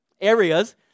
areas